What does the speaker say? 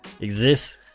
exists